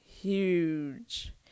huge